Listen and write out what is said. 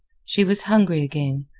she was hungry again,